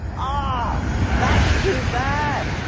ah, that's too bad.